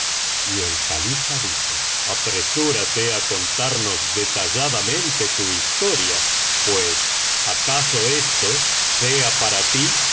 y el califa dijo apresúrate á contarnos detalladamente tu historia pues acaso esto sea para ti